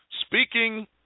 speaking